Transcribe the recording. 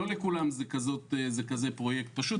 לא לכולם זה כזה פרויקט פשוט.